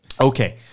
Okay